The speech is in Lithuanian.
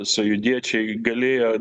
sąjūdiečiai galėjo